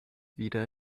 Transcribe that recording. wieder